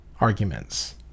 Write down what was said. arguments